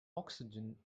oxygen